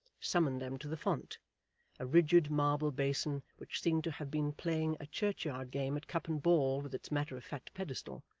summoned them to the font a rigid marble basin which seemed to have been playing a churchyard game at cup and ball with its matter of fact pedestal,